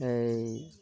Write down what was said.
ᱮᱭ